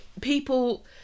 people